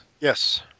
Yes